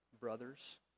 brothers